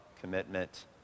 commitment